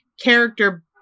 character